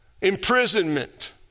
imprisonment